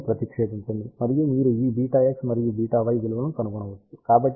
ఈ విలువలను ప్రతిక్షేపించండి మరియు మీరు ఈ βx మరియు βy విలువలను కనుగొనవచ్చు